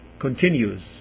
continues